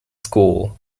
school